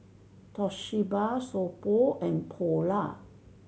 Toshiba So Pho and Polar